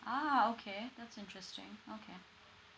ah okay that's interesting okay